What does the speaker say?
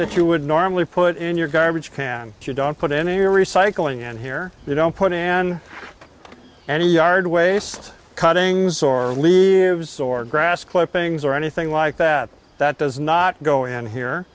that you would normally put in your garbage can you don't put any recycling in here you don't put in any yard waste cuttings or leaves or grass clippings or anything like that that does not go in here